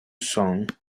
sound